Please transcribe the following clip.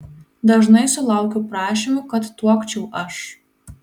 dažnai sulaukiu prašymų kad tuokčiau aš